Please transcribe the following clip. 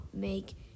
make